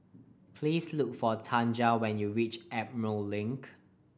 please look for Tanja when you reach Emerald Link